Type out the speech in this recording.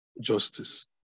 justice